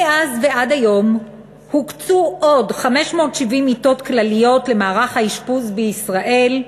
מאז ועד היום הוקצו עוד 570 מיטות כלליות למערך האשפוז בישראל,